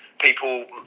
people